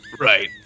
Right